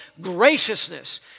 graciousness